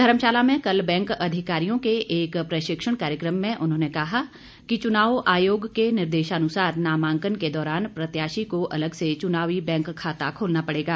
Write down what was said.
धर्मशाला में कल बैंक अधिकारियों के एक प्रशिक्षण कार्यक्रम में उन्होंने कहा कि चुनाव आयोग के निर्देशानुसार नामांकन के दौरान प्रत्याशी को अलग से चुनावी बैंक खाता खोलना पड़ेगा